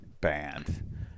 band